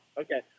Okay